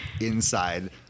inside